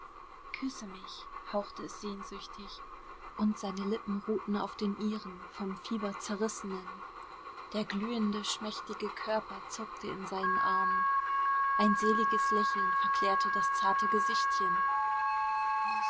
küsse mich hauchte es sehnsüchtig und seine lippen ruhten auf den ihren vom fieber zerrissenen der glühende schmächtige körper zuckte in seinen armen ein seliges lächeln verklärte das zarte gesichtchen